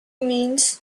means